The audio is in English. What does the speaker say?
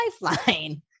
lifeline